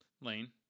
Lane